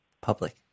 public